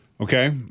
Okay